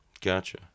Gotcha